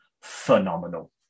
phenomenal